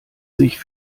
sich